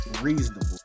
reasonable